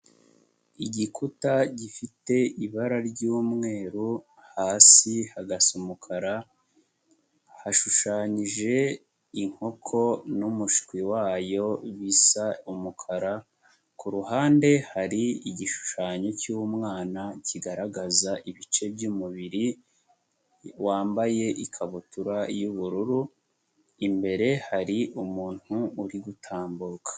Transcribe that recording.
Igikuta gifite ibara ryumweru hasi hagasa umukara, hashushanyije inkoko n'umushwi wayo bisa umukara, ku ruhande hari igishushanyo cy'umwana kigaragaza ibice by'umubiri, wambaye ikabutura y'ubururu, imbere hari umuntu uri gutambuka.